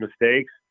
mistakes